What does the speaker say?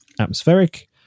atmospheric